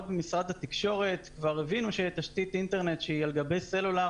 משרד התקשורת כבר הבין שתשתית אינטרנט שהיא על גבי סלולר